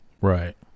Right